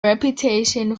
reputation